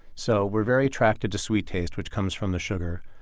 so we're very attracted to sweet taste, which comes from the sugar.